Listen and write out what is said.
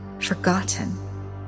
forgotten